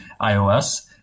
iOS